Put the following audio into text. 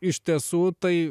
iš tiesų tai